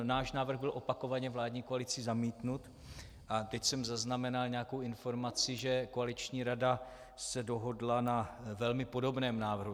Náš návrh byl opakovaně vládní koalicí zamítnut a teď jsem zaznamenal nějakou informaci, že koaliční rada se dohodla na velmi podobném návrhu.